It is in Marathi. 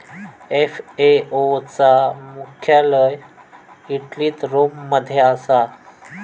एफ.ए.ओ चा मुख्यालय इटलीत रोम मध्ये असा